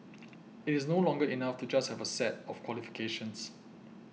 it is no longer enough to just have a set of qualifications